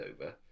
over